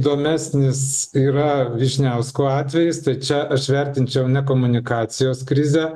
įdomesnis yra vyšniausko atvejis tai čia aš vertinčiau ne komunikacijos krizę